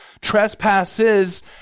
trespasses